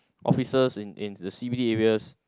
officers in in the C_B_D areas